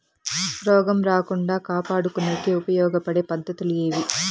రోగం రాకుండా కాపాడుకునేకి ఉపయోగపడే పద్ధతులు ఏవి?